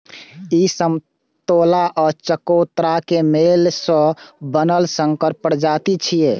ई समतोला आ चकोतराक मेल सं बनल संकर प्रजाति छियै